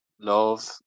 love